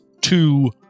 two